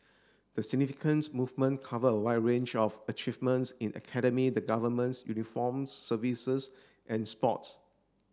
the significance moment cover a wide range of achievements in academy the Governments uniforms services and sports